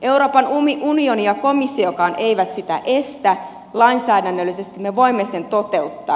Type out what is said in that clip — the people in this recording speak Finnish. euroopan unioni ja komissiokaan eivät sitä estä lainsäädännöllisesti me voimme sen toteuttaa